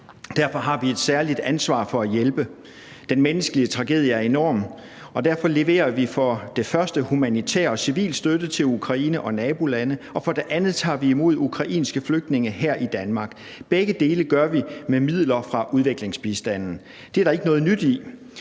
Derfor har vi et særligt ansvar for at hjælpe. Den menneskelige tragedie er enorm, og derfor leverer vi for det første humanitær og civil støtte til Ukraine og nabolande, og for det andet tager vi imod ukrainske flygtninge her i Danmark. Begge dele gør vi med midler fra udviklingsbistanden. Det er der ikke noget nyt i.